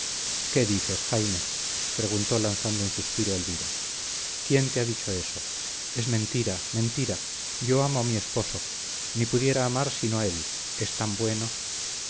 qué dices jaime preguntó lanzando un suspiro elvira quién te ha dicho eso es mentira mentira yo amo a mi esposo ni pudiera amar sino a él es tan bueno